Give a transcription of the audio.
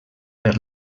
per